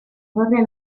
torre